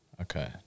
Okay